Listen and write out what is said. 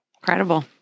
Incredible